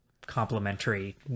complementary